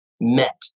met